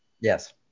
Yes